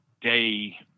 day